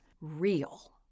real